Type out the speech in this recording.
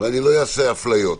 ואני לא אעשה אפליות,